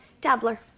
dabbler